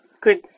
good